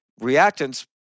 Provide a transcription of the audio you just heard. reactants